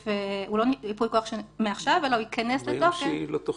הוא לא ייפוי מכוח מעכשיו אלא הוא ייכנס לתוקף -- מהיום שהיא לא תוכל.